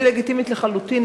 היא לגיטימית לחלוטין.